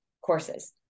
courses